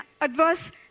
adverse